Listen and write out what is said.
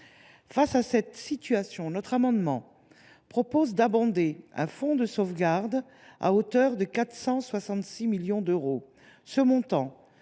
Face à cette situation, notre amendement tend à abonder un fonds de sauvegarde à hauteur de 466 millions d’euros.